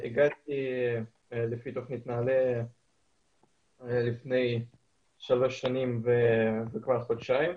הגעתי בתוכנית נעל"ה לפני שלוש שנים וחודשיים.